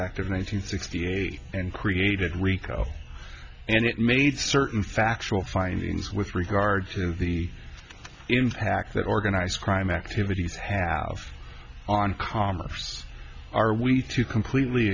hundred sixty eight and created rico and it made certain factual findings with regard to the impact that organized crime activities have on commerce are we to completely